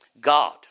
God